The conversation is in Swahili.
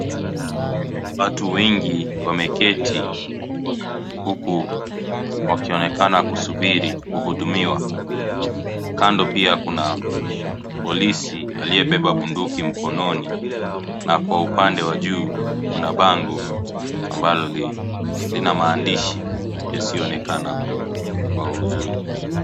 Watu wengi wameketi huku wakionekana kusubiri, kuhudumiwa. Kando pia kuna polisi aliyebeba bunduki mkononi na kwa upande wa juu kuna bango ambalo lina maandishi yasionekana kwa uzuri.